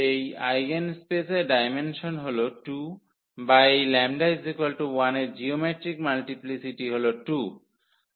এই আইগেনস্পেসের ডায়মেনসন হল 2 বা এই λ1 এর জিওমেট্রিক মাল্টিপ্লিসিটি হল 2